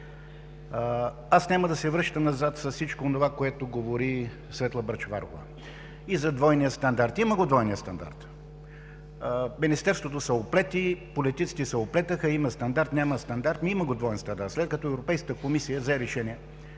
Аз няма да се връщам назад с всичко онова, което говорѝ Светла Бъчварова – и за двойния стандарт. Има двоен стандарт. Министерството се оплете, политиците са оплетоха, има стандарт, няма стандарт. Има двоен стандарт! Щом Европейската комисия взе решение